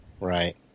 Right